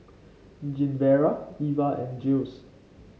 Genevra Eva and Jiles